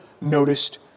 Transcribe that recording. noticed